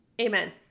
Amen